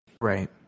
Right